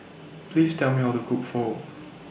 Please Tell Me How to Cook Pho